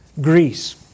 Greece